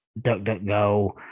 DuckDuckGo